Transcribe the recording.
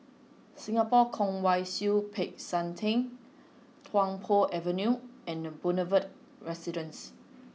Singapore Kwong Wai Siew Peck San Theng Tung Po Avenue and The Boulevard Residence